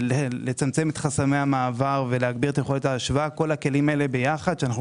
לצמצם את חסמי המעבר ולהגביר את יכולת האשראי כל הכלים הללו יחד שאנחנו